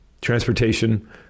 transportation